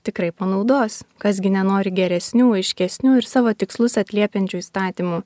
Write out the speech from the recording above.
tikrai panaudos kas gi nenori geresnių aiškesnių ir savo tikslus atliepiančių įstatymų